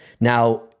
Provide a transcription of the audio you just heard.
Now